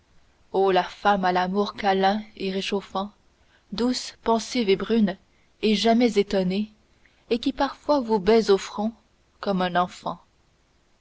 o la femme à l'amour câlin et réchauffant douce pensive et brune et jamais étonnée et qui parfois vous baise au front comme un enfant